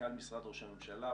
מנכ"ל משרד ראש הממשלה,